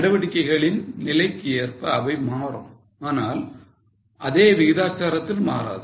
நடவடிக்கைகளின் நிலைக்கு ஏற்ப அவை மாறும் ஆனால் அதே விகிதாச்சாரத்தில் மாறாது